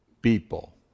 people